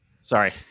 Sorry